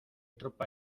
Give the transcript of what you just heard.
tropa